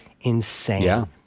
insane